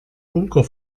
bunker